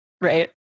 Right